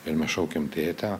ir mes šaukėm tėte